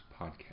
Podcast